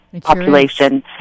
population